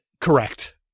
Correct